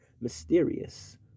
mysterious